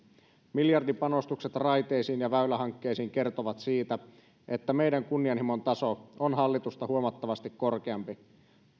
miljardipanostukset raiteisiin ja väylähankkeisiin kertovat siitä että meidän kunnianhimon taso on hallitusta huomattavasti korkeampi